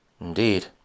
indeed